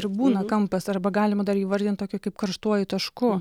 ir būna kampas arba galima dar įvardint tokį kaip karštuoju tašku